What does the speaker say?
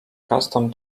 custom